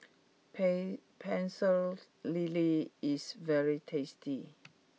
pay Pecel Lele is very tasty